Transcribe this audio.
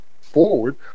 forward